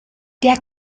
der